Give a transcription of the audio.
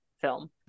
film